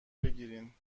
بگیرین